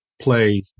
play